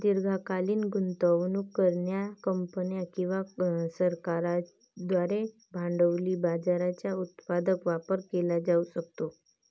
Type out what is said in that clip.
दीर्घकालीन गुंतवणूक करणार्या कंपन्या किंवा सरकारांद्वारे भांडवली बाजाराचा उत्पादक वापर केला जाऊ शकतो